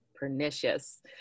pernicious